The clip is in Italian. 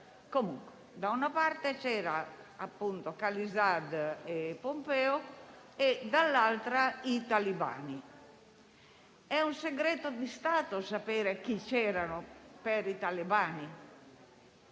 Comunque, da una parte, c'erano, appunto, Khalilzad e Pompeo e, dall'altra, i talebani. È un segreto di Stato sapere chi c'era per i talebani?